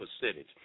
percentage